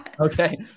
Okay